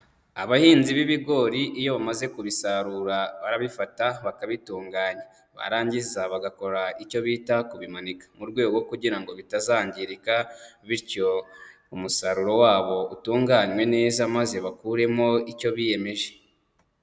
Abahinzi b'ibigori iyo bamaze kubisarura barabifata bakabitunganya, barangiza bagakora icyo bita kubimanika, mu rwego kugira ngo bitazangirika, bityo umusaruro wabo utunganywe neza maze bakuremo icyo biyemeje.